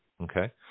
Okay